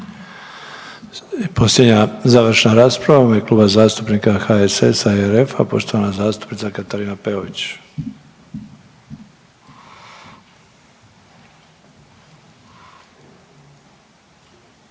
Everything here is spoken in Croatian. Posljednja završna rasprava u ime Kluba zastupnika HSS-a i RF-a, poštovana zastupnica Katarina Peović.